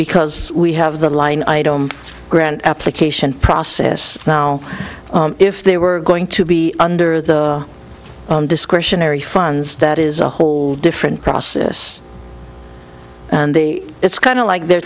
because we have the line item grant application process now if they were going to be under the discretionary funds that is a whole different process and they it's kind of like they're